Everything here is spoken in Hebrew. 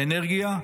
האנרגיה,